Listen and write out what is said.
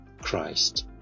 Christ